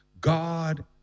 God